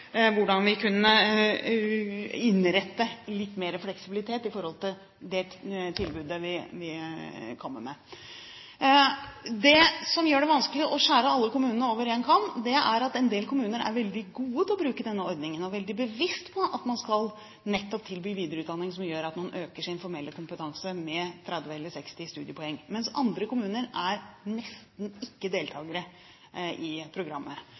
hvordan vi kunne innrette det tilbudet vi kommer med, litt mer fleksibelt. Det som gjør det vanskelig å skjære alle kommunene over én kam, er at en del kommuner er veldig gode til å bruke denne ordningen og veldig bevisste på at man nettopp skal tilby videreutdanning som gjør at man øker sin formelle kompetanse med 30 eller 60 studiepoeng, mens andre kommuner nesten ikke er deltakere i programmet.